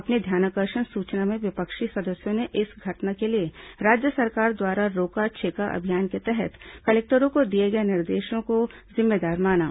अपने ध्यानाकर्षण सूचना में विपक्षी सदस्यों ने इस घटना के लिए राज्य सरकार द्वारा रोका छेका अभियान के तहत कलेक्टरों को दिए गए निर्देशों को जिम्मेदार माना